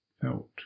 Felt